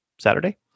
Saturday